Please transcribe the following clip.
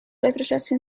retrocesso